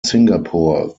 singapore